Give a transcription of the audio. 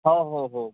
हो हो हो